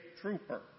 trooper